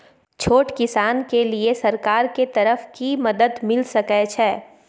छोट किसान के लिए सरकार के तरफ कि मदद मिल सके छै?